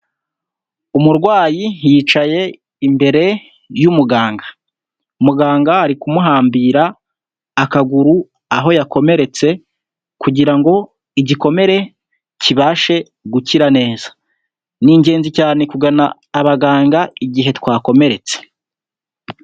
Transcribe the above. Umurwayi yicaye imbere y'umuganga, muganga ari kumuhambira akaguru aho yakomeretse kugira ngo igikomere kibashe gukira neza. Ni ingenzi cyane kugana abaganga igihe twakomeretse.